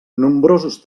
nombrosos